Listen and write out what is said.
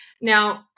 Now